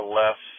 less